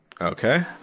okay